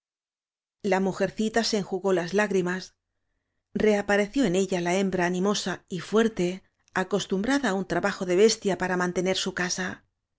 la mujercita se enjugó las lágrimas reapareció en ella la hembra animosa y fuerte acostumbrada á un trabajo de bestia para mantener su casa